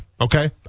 Okay